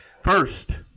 First